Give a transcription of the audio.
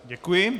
Děkuji.